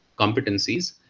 competencies